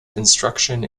instruction